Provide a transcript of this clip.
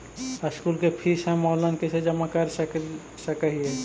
School के fees हम online कैसे जमा कर सक हिय?